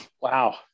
Wow